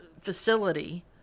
facility